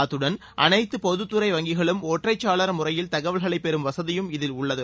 அத்துடன் அனைத்து பொதுத்துறை வங்கிகளும் ஒற்றைச்சாளர முறையில் தகவல்களைப் பெறும் வசதியும் இதில் உள்ளது